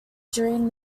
during